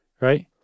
right